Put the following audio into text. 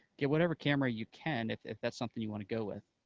get whatever camera you can if if that's something you want to go with.